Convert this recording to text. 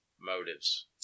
motives